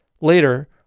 later